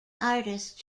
artist